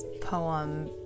poem